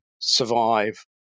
Survive